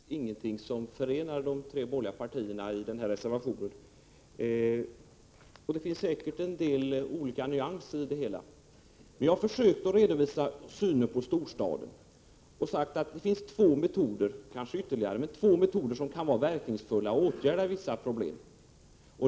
Herr talman! Man kan ju som Lars Ulander göra gällande att ingenting förenar de tre borgerliga partiernas reservationer, och det finns säkert en del nyanser i det hela. Jag har försökt redovisa synen på storstaden och sagt att det finns minst två metoder — det kanske finns fler — som kan vara verkningsfulla för att åtgärda vissa problem.